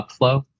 upflow